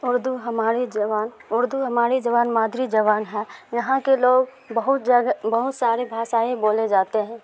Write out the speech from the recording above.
اردو ہماری زبان اردو ہماری زبان مادری زبان ہے یہاں کے لوگ بہت جگہ بہت سارے بھاشائیں بولے جاتے ہیں